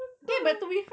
oh gosh